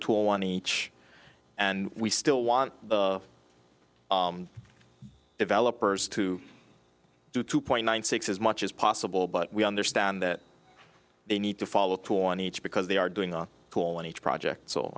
tool on each and we still want developers to do two point one six as much as possible but we understand that they need to follow through on each because they are doing all cool in each project so